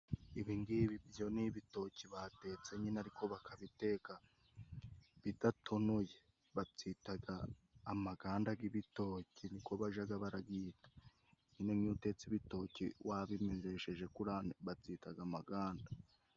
ibi ngibi byo ni ibitoki batetse nyine ariko bakabiteka bidatonoye ,babyitaga amaganda g'ibitoki niko bajaga baragita, nyine iyo utetse ibitoki wabimeresheje babyitaga amaganda.